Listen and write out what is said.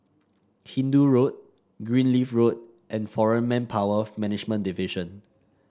Hindoo Road Greenleaf Road and Foreign Manpower Management Division